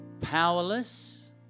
powerless